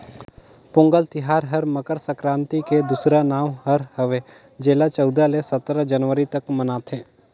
पोगंल तिहार हर मकर संकरांति के दूसरा नांव हर हवे जेला चउदा ले सतरा जनवरी तक मनाथें